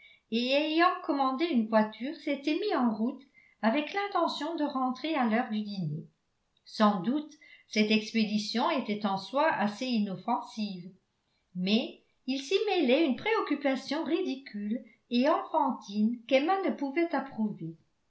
ayant commandé une voiture s'était mis en route avec l'intention de rentrer à l'heure du dîner sans doute cette expédition était en soi assez inoffensive mais il s'y mêlait une préoccupation ridicule et enfantine qu'emma ne pouvait approuver